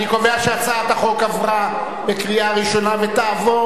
אני קובע שהצעת החוק עברה בקריאה ראשונה ותעבור